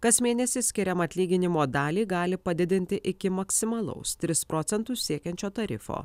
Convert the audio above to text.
kas mėnesį skiriamą atlyginimo dalį gali padidinti iki maksimalaus tris procentus siekiančio tarifo